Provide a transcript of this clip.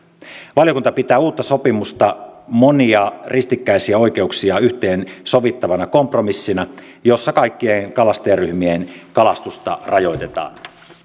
valiokunta pitää uutta sopimusta monia ristikkäisiä oikeuksia yhteensovittavana kompromissina jossa kaikkien kalastajaryhmien kalastusta rajoitetaan